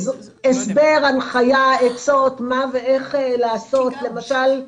הסבר, הנחיה, עצות, מה ואיך לעשות למשל .